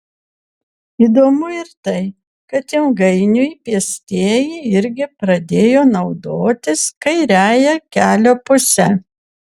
įdomu ir tai kad ilgainiui pėstieji irgi pradėjo naudotis kairiąja kelio puse